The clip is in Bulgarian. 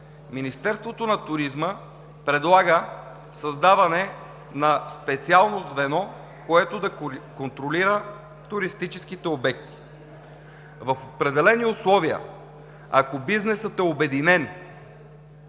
Министерството на туризма предлага създаване на специално звено, което да контролира туристическите обекти. В определени условия, ако бизнесът е обединен